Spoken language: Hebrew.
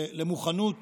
מוכנות